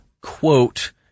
quote